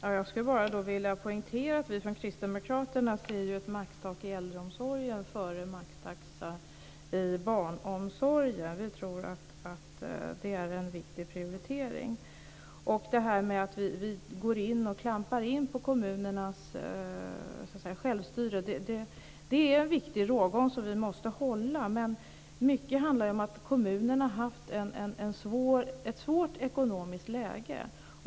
Herr talman! Jag skulle vilja poängtera att vi kristdemokrater hellre ser ett maxtak i äldreomsorgen än en maxtaxa i barnomsorgen. Vi tror att det är en riktig prioritering. När det gäller detta att vi klampar in på kommunernas självstyre finns det en viktig rågång som vi måste hålla. Mycket handlar om att kommunerna haft ett svårt ekonomiskt läge.